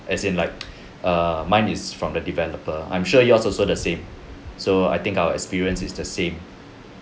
as in like err mine is from the developer I'm sure yours also the same so I think our experience is the same